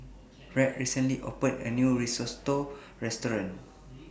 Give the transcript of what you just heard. Rhett recently opened A New Risotto Restaurant